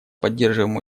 поддерживаем